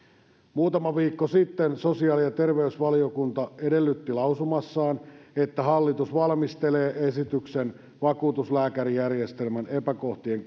muutama viikko sitten sosiaali ja terveysvaliokunta edellytti lausumassaan että hallitus valmistelee esityksen vakuutuslääkärijärjestelmän epäkohtien